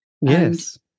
Yes